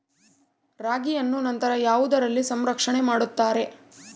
ರಾಗಿಯನ್ನು ನಂತರ ಯಾವುದರಲ್ಲಿ ಸಂರಕ್ಷಣೆ ಮಾಡುತ್ತಾರೆ?